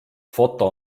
foto